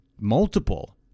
multiple